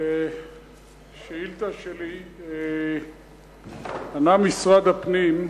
על השאילתא שלי ענה משרד הפנים,